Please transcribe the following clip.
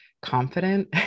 confident